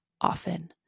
often